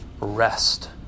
rest